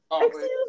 Excuse